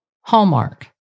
Hallmark